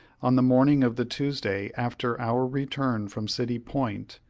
on the morning of the tuesday after our return from city point,